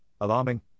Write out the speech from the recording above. alarming